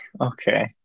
Okay